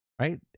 right